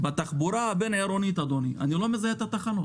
בתחבורה הבין-עירונית אני לא מזהה את התחנות.